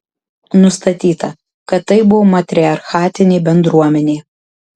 nustatyta kad tai buvo matriarchatinė bendruomenė